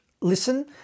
listen